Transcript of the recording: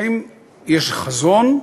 האם יש חזון,